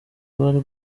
bari